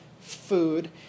food